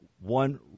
One